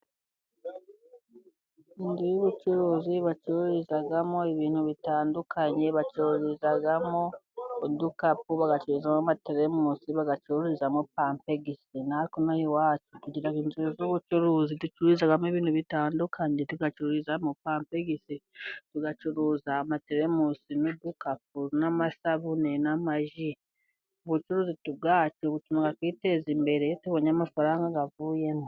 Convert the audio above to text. Inzu y'ubucuruzi bacururizamo ibintu bitandukanye，bacuruzamo udukapu，bagacururizamo teremosi，bacururizamo pampegisi. Natwe inaha iwacu，tugira amazu y'ubucuruzi， ducururizamo ibintu bitandukanye， tugacururizamo pampegisi， tugacuruza amateremosi， n'udukapu，n'amasabune， n'amaji，ubwacu bituma twiteza imbere，iyo tubonye amafaranga yavuyemo.